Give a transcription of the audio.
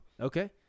Okay